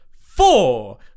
four